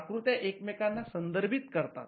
आकृत्या एकमेकांना संदर्भित करतात